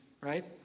right